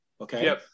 okay